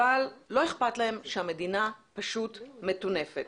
אבל לא אכפת להם שהמדינה פשוט מטונפת?